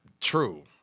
True